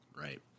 Right